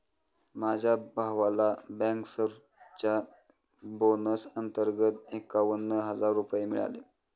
माझ्या भावाला बँकर्सच्या बोनस अंतर्गत एकावन्न हजार रुपये मिळाले